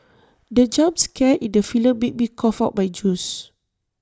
the jump scare in the film made me cough out my juice